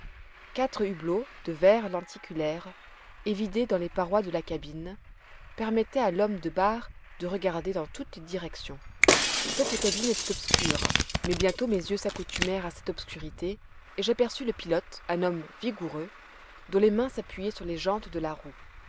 quatre hublots de verres lenticulaires évidés dans les parois de la cabine permettaient à l'homme de barre de regarder dans toutes les directions cette cabine était obscure mais bientôt mes yeux s'accoutumèrent à cette obscurité et j'aperçus le pilote un homme vigoureux dont les mains s'appuyaient sur les jantes de la roue